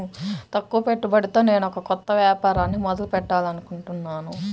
తక్కువ పెట్టుబడితో నేనొక కొత్త వ్యాపారాన్ని మొదలు పెట్టాలనుకుంటున్నాను